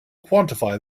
quantify